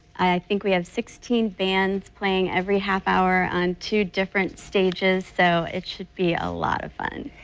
i think we have sixteen bands playing every half hour on two different stages, so it should be a lot of fun.